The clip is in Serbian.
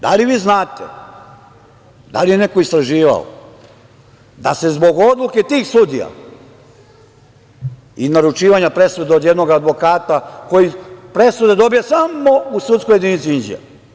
Da li vi znate da li je neko istraživao da se zbog odluke tih sudija i naručivanja presude od jednog advokata koji presude dobija samo u sudskoj jedinici Inđija?